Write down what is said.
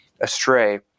astray